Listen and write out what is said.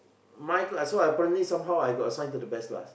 my class so apparently somehow I got signed to the best class